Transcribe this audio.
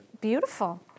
Beautiful